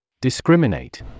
discriminate